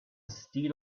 steel